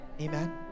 Amen